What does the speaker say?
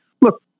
look